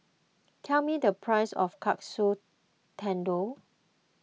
tell me the price of Katsu Tendon